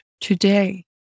Today